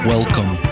Welcome